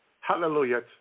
hallelujah